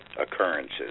occurrences